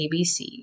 ABC